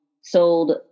sold